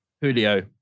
Julio